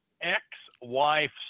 ex-wife